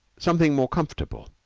something more comfortable.